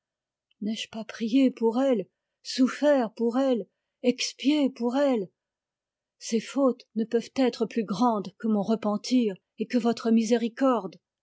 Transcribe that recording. n'ai-je pas prié pour elle souffert pour elle expié pour elle ses fautes ne peuvent être plus grandes que mon repentir et votre miséricorde